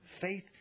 Faith